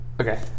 Okay